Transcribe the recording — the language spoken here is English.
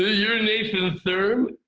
you're nathan thurm?